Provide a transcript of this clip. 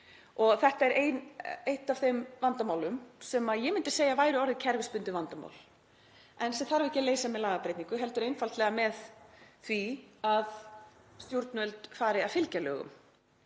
Þetta er eitt af þeim vandamálum sem ég myndi segja að væri orðið kerfisbundð vandamál, en sem þarf ekki að leysa með lagabreytingu heldur einfaldlega með því að stjórnvöld fari að fylgja lögum.